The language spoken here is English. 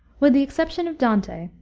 with the exception of dante,